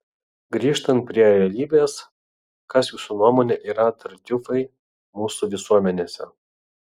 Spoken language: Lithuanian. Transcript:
grįžtant prie realybės kas jūsų nuomone yra tartiufai mūsų visuomenėse